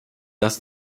das